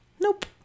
Nope